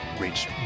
reach